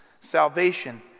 Salvation